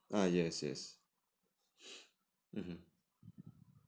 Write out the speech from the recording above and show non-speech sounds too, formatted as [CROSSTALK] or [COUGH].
ah yes yes [NOISE] mmhmm